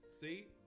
See